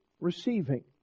receiving